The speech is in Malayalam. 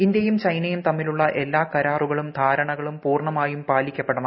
ഇന്ത്യയും ചൈനയും തമ്മിലുള്ള എല്ലാ കരാറുകളും ധാരണകളും പൂർണ്ണമായും പാലിക്കപ്പെടണം